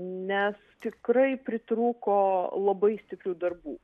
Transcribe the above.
nes tikrai pritrūko labai stiprių darbų